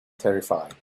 terrified